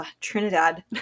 Trinidad